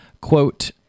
quote